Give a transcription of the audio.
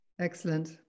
Excellent